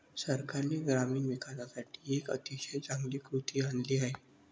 सरकारने ग्रामीण विकासासाठी एक अतिशय चांगली कृती आणली आहे